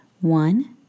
One